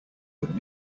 but